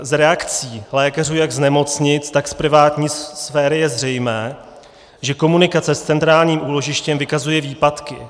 Z reakcí lékařů jak z nemocnic, tak z privátní sféry je zřejmé, že komunikace s centrálním úložištěm vykazuje výpadky.